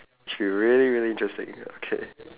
should be really really interesting okay